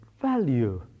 value